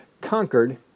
conquered